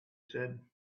said